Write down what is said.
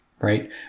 right